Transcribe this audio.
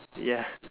ya